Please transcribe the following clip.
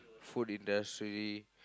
food industry